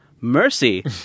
Mercy